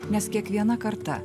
nes kiekviena karta